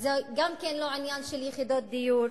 וזה גם לא עניין של יחידות דיור,